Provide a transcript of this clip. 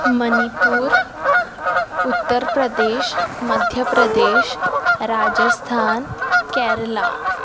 Manipur Uttar Pradesh Madhya Pradesh Rajasthan Kerala